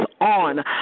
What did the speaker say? on